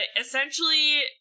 essentially